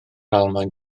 almaen